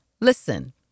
listen